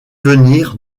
venir